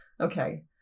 Okay